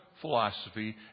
philosophy